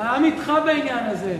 העם אתך בעניין הזה.